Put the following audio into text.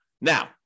Now